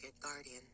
Guardian